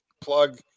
plug